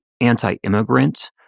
anti-immigrant